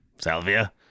Salvia